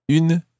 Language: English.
une